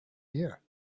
here